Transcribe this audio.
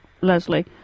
Leslie